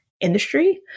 industry